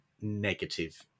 negative